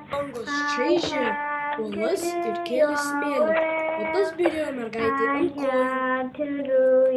bangos čaižė uolas ir kėlė smėlį o tas byrėjo mergaitei ant kojų